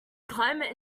climate